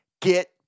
get